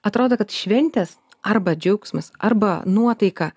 atrodo kad šventės arba džiaugsmas arba nuotaika